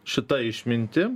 šita išmintim